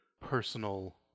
personal